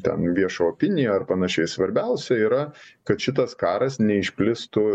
ten viešą opiniją ar panašiai svarbiausia yra kad šitas karas neišplistų